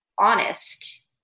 honest